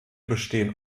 bestehen